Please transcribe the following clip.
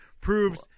proves –